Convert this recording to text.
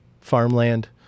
farmland